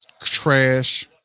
Trash